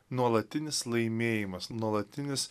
nuolatinis laimėjimas nuolatinis